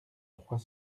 trois